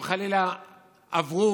אם חלילה עברו,